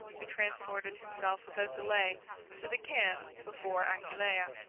who transported himself without delay to the camp before aquileia.